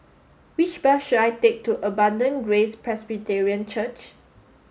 which bus should I take to Abundant Grace Presbyterian Church